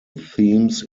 themes